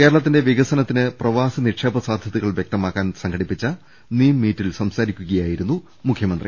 കേരളത്തിന്റെ വികസനത്തിന് പ്രവാസി നിക്ഷേപ സാധൃ തകൾ വൃക്തമാക്കാൻ സംഘടിപ്പിച്ച നീം മീറ്റിൽ സംസാ രിക്കുകയായിരുന്നു മുഖ്യമന്ത്രി